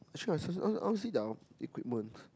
sure I see see I want I want to see their equipment